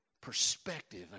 perspective